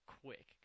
quick